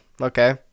okay